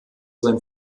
sein